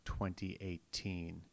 2018